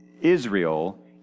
Israel